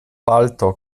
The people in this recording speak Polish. palto